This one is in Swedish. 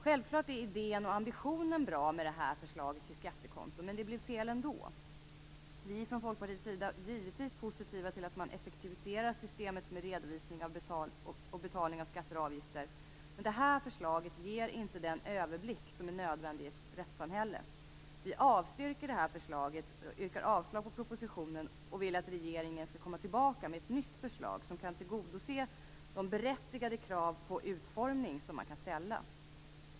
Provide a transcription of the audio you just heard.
Självfallet var idén och ambitionen med förslaget till skattekonto bra, men det blev fel ändå. Vi från folkpartiets sida är givetvis positiva till att man effektiviserar systemet med redovisning och betalning av skatter och avgifter. Men förslaget ger inte den överblick som är nödvändig i ett rättssamhälle. Vi yrkar avslag på propositionen och vill att regeringen skall komma tillbaka med ett nytt förslag, som kan tillgodose de berättigade krav på utformning som kan ställas.